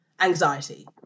anxiety